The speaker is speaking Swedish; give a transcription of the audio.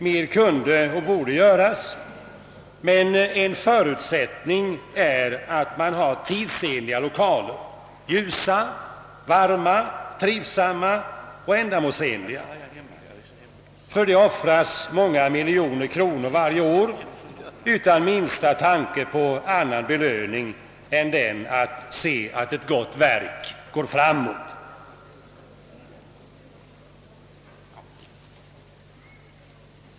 Mer kunde och borde göras, men en förutsättning är att man har tidsenliga lokaler, ljusa, varma, trivsamma och ändamålsenliga. För detta offras många miljoner kronor varje år utan minsta tanke på annan belöning än den att se att ett gott verk går framåt.